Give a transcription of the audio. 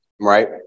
right